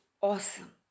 awesome